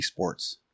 esports